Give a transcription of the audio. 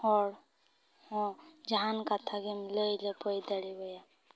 ᱦᱚᱲ ᱦᱚᱸ ᱡᱟᱦᱟᱱ ᱠᱟᱛᱷᱟ ᱜᱮᱢ ᱞᱟᱹᱭ ᱞᱟᱹᱯᱟᱹᱭ ᱫᱟᱲᱮᱣᱟᱭᱟ